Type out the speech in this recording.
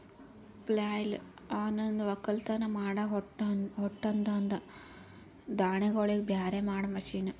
ಪ್ಲಾಯ್ಲ್ ಅನಂದ್ ಒಕ್ಕಲತನ್ ಮಾಡಾಗ ಹೊಟ್ಟದಾಂದ ದಾಣಿಗೋಳಿಗ್ ಬ್ಯಾರೆ ಮಾಡಾ ಮಷೀನ್